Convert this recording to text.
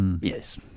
Yes